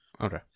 Okay